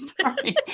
sorry